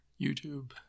youtube